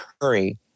hurry